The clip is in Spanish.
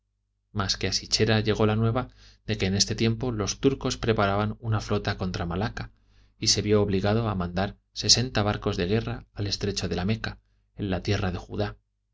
mas que a sichera llegó la nueva de que en este tiempo los turcos preparaban una flota contra malaca y se vio obligado a mandar sesenta barcos de guerra al estrecho de la meca en la tierra de judá